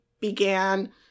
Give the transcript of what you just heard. began